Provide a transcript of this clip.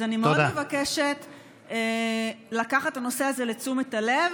אז אני מאוד מבקשת לקחת את הנושא הזה לתשומת הלב,